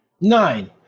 Nine